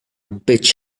bitch